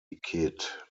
kid